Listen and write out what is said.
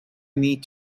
need